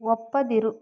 ಒಪ್ಪದಿರು